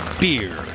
Beer